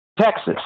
Texas